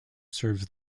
serves